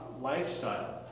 lifestyle